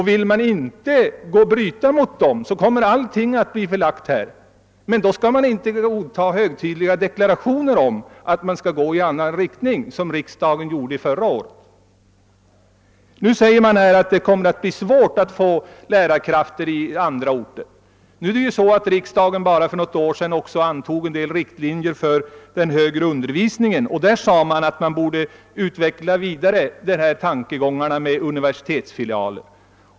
Vill man inte alltid låta sig ledas av dem, kommer allting att bli förlagt hit, men då skall man inte anta högtidliga deklarationer som går i annan riktning, såsom riksdagen gjorde förra året. Nu säger man att det kommer att bli svårt att få lärarkrafter i andra orter. För bara något år sedan antog riksdagen riktlinjer för den högre undervisningen, och man sade att systemet med universitetsfilialer borde utvecklas vidare.